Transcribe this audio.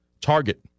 target